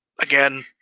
Again